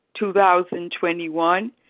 2021